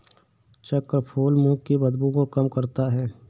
चक्रफूल मुंह की बदबू को कम करता है